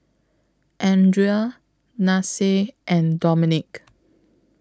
Andria Nasir and Dominick